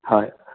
হয়